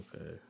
Okay